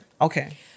Okay